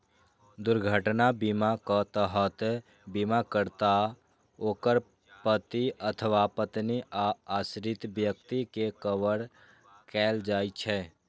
दुर्घटना बीमाक तहत बीमाकर्ता, ओकर पति अथवा पत्नी आ आश्रित व्यक्ति कें कवर कैल जाइ छै